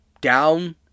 down